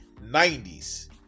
90s